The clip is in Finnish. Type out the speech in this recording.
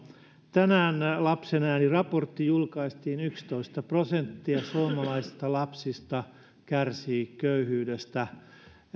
tänään lapsen ääni raportti julkaistiin yksitoista prosenttia suomalaisista lapsista kärsii köyhyydestä